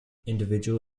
individual